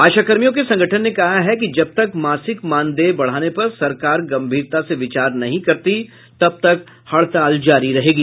आशाकर्मियों के संगठन ने कहा है कि जब तक मासिक मानदेय बढ़ाने पर सरकार गंभीरता से विचार नहीं करती है तब तक हड़ताल जारी रहेगी